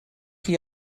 chi